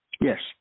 Yes